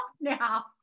now